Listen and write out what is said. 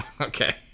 Okay